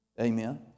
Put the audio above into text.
Amen